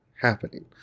happening